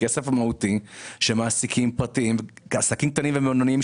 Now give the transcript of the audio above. המהותי הוא שמעסיקים קטנים ובינוניים,